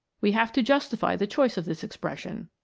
we have to justify the choice of this expression.